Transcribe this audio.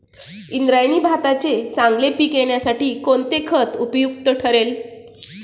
इंद्रायणी भाताचे चांगले पीक येण्यासाठी कोणते खत उपयुक्त ठरेल?